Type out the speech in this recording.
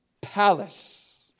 palace